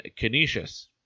Canisius